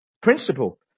Principle